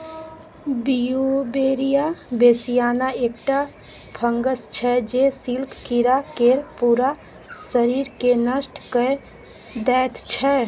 Beauveria bassiana एकटा fungus छै जे सिल्क कीरा केर पुरा शरीरकेँ नष्ट कए दैत छै